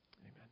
Amen